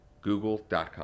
Google.com